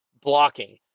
blocking